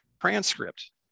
transcript